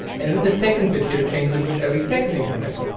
and and the second bit here changes with every second increment.